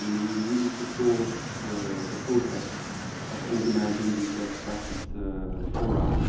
and we really support the the process of organize these best practice forum.